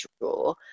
draw